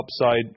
upside